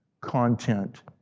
content